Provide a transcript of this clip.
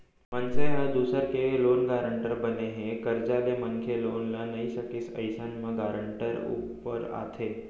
मनसे ह दूसर के लोन गारेंटर बने हे, करजा ले मनखे लोन ल नइ सकिस अइसन म गारेंटर ऊपर आथे